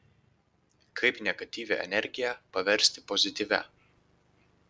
kaip negatyvią energiją paversti pozityvia